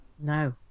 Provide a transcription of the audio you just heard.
no